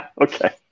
okay